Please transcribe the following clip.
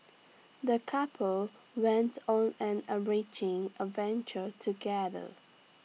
the couple went on an enriching adventure together